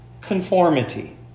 conformity